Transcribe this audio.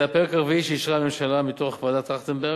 זה הפרק הרביעי שאישרה הממשלה מדוח ועדת-טרכטנברג.